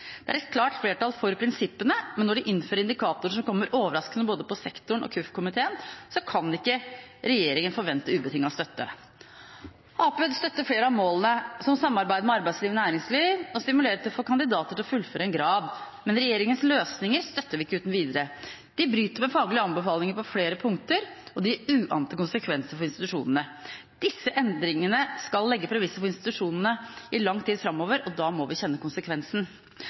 Det er et klart flertall for prinsippene, men når de innfører indikatorer som kommer overraskende på både sektoren og KUF-komiteen, kan ikke regjeringa forvente ubetinget støtte. Arbeiderpartiet støtter flere av målene, som samarbeid med arbeidsliv og næringsliv og å stimulere til å få kandidater til å fullføre en grad, men regjeringas løsninger støtter vi ikke uten videre. De bryter med faglige anbefalinger på flere punkter, og det gir uante konsekvenser for institusjonene. Disse endringene skal legge premisser for institusjonene i lang tid framover, og da må vi kjenne